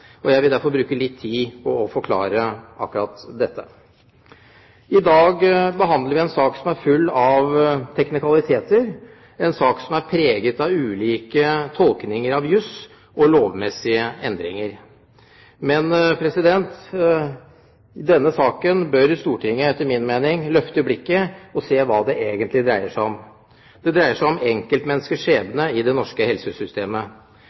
innstilling. Jeg vil derfor bruke litt tid på å forklare akkurat dette. I dag behandler vi en sak som er full av teknikaliteter, en sak som er preget av ulike tolkninger av juss og lovmessige endringer. Men i denne saken bør Stortinget etter min mening løfte blikket og se hva det egentlig dreier seg om. Det dreier seg om enkeltmenneskers skjebne i det norske helsesystemet.